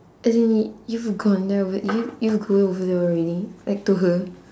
as in y~ you've gone there or what you you go over there already like to her